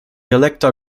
elector